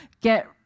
get